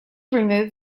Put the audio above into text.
removed